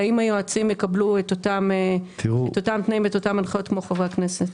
האם הם יקבלו אותם תנאים והנחיות כמו חברי הכנסת?